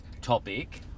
topic